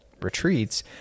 retreats